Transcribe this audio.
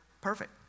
perfect